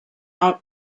out